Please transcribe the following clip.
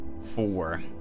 Four